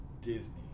Disney